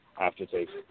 aftertaste